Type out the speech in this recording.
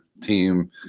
team